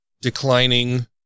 declining